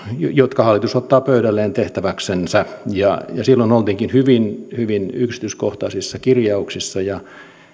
jotka hallitus ottaa pöydälleen tehtäväksensä ja silloin oltiinkin hyvin hyvin yksityiskohtaisissa kirjauksissa